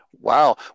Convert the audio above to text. Wow